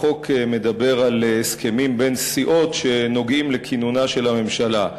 החוק מדבר על הסכמים בין סיעות שנוגעים לכינונה של הממשלה.